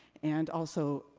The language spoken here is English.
and also,